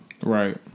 Right